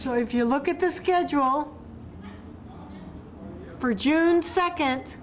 so if you look at the schedule for june second